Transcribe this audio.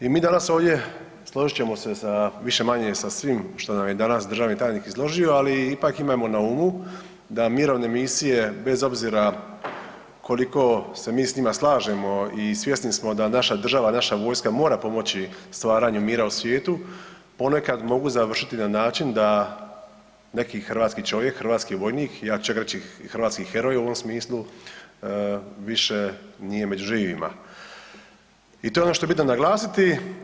I mi danas ovdje složit ćemo se više-manje sa svim što nam je danas državni tajnik izložio, ali ipak imajmo na umu da mirovine misije bez obzira koliko se mi s njima slažemo i svjesni smo da naša država, naša vojska mora pomoći stvaranju mira u svijetu, ponekada mogu završiti na način da neki hrvatski čovjek, hrvatski vojnik ja ću čak reći i hrvatski heroj u ovom smislu više nije među živima i to je ono bitno što treba naglasiti.